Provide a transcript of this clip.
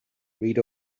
read